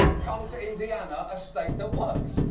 come to indiana, a state that works.